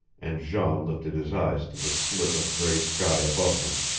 and jean lifted his eyes to the slit of gray sky above them.